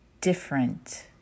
different